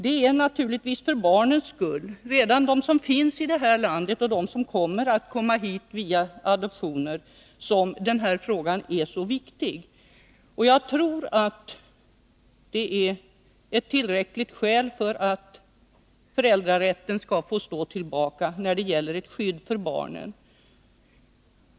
Det är naturligtvis för barnens skull — de som redan finns i det här landet och de som kommer att komma hit via adoptioner — som den här frågan är mycket viktig. Jag tror att det är tillräckligt skäl — att det är ett skydd för barnen — för att föräldrarätten skall få stå tillbaka.